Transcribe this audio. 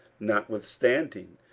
notwithstanding,